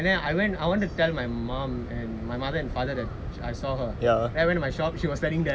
and then I went I went to tell my mom and my mother and father that I saw her and then I went to my shop and she was standing there